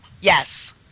yes